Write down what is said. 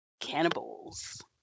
cannibals